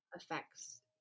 effects